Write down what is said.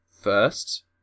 First